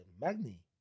Magni